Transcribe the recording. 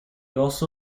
also